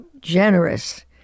generous